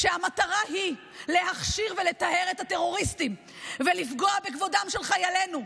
כשהמטרה היא להכשיר ולטהר את הטרוריסטים ולפגוע בכבודם של חיילינו,